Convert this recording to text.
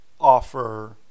offer